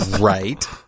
Right